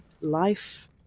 life